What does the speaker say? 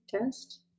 test